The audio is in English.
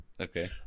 okay